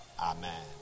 Amen